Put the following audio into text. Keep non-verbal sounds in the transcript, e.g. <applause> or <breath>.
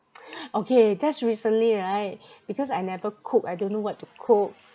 <breath> okay just recently right because I never cook I don't know what to cook